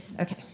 Okay